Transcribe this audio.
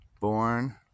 born